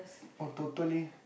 oh totally